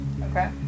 Okay